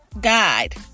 guide